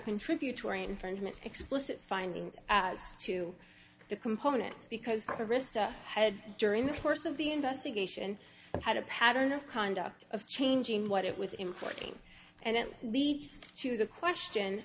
contributory infringement explicit findings as to the components because krista had during the course of the investigation had a pattern of conduct of changing what it was importing and it leads to the question